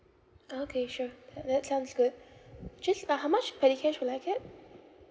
ah okay sure that that sounds good just uh how much petty cash will I get